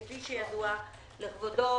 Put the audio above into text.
כפי שידוע לכבודו,